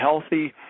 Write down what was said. healthy